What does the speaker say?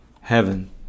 heaven